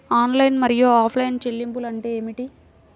Online మరియు offline చెల్లింపులు అంటే ఏమిటి?